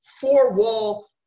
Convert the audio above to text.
four-wall